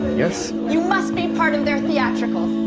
yes you must be part of their theatrical